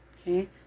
Okay